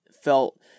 felt